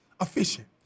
efficient